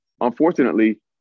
unfortunately